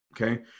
Okay